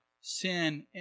sin